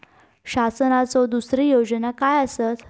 शासनाचो दुसरे योजना काय आसतत?